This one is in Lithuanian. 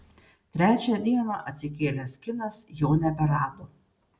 trečią dieną atsikėlęs kinas jo neberado